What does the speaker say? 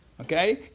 Okay